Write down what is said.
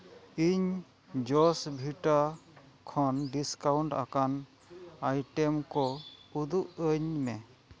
ᱤᱧ ᱡᱚᱥ ᱵᱷᱤᱴᱟ ᱠᱷᱚᱱ ᱰᱤᱥᱠᱟᱣᱩᱱᱴ ᱟᱠᱟᱱ ᱟᱭᱴᱮᱢ ᱠᱚ ᱩᱫᱩᱜ ᱟᱹᱧ ᱢᱮ